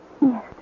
Yes